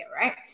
right